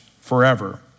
forever